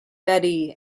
betty